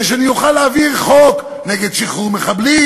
שאני אוכל להעביר חוק נגד שחרור מחבלים,